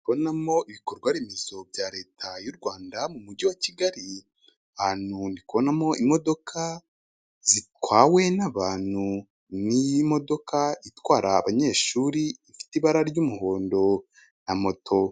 Ndabonamo ibikorwa remezo bya reta y'u Rwanda mu mujyi wa Kigali, ahantu ndabonamo imodoka zitwawe n'abantu n'imodoka itwara abanyeshuri ifite ibara ry'umuhondo na moto.